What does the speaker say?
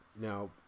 Now